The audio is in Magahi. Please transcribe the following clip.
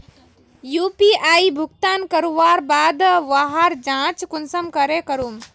यु.पी.आई भुगतान करवार बाद वहार जाँच कुंसम करे करूम?